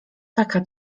taka